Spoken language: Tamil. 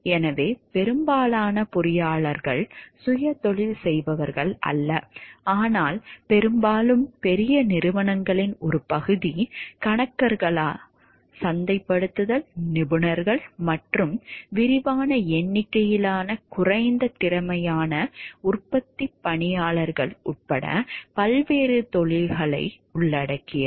எனவே பெரும்பாலான பொறியியலாளர்கள் சுயதொழில் செய்பவர்கள் அல்ல ஆனால் பெரும்பாலும் பெரிய நிறுவனங்களின் ஒரு பகுதி கணக்காளர்கள் சந்தைப்படுத்தல் நிபுணர்கள் மற்றும் விரிவான எண்ணிக்கையிலான குறைந்த திறமையான உற்பத்தி பணியாளர்கள் உட்பட பல்வேறு தொழில்களை உள்ளடக்கியது